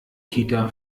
kita